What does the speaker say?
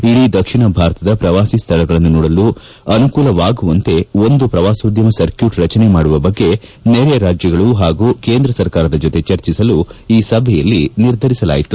ಇಡೀ ದಕ್ಷಿಣ ಭಾರತದ ಪ್ರವಾಸಿ ಸ್ಥಳಗಳನ್ನು ನೋಡಲು ಅನುಕೂಲವಾಗುವಂತೆ ಒಂದು ಪ್ರವಾಸೋದ್ಯಮ ಸರ್ಕ್ಕೂಟ್ ರಚನೆ ಮಾಡುವ ಬಗ್ಗೆ ನೆರೆಯ ರಾಜ್ಯಗಳು ಹಾಗೂ ಕೇಂದ್ರ ಸರ್ಕಾರದ ಜೊತೆ ಚರ್ಚಿಸಲು ನಿರ್ಧರಿಸಲಾಯಿತು